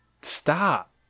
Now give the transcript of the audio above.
stop